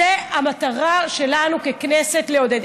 זאת המטרה שלנו, ככנסת, לעודד.